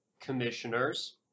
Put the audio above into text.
commissioners